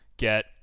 get